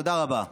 תודה רבה.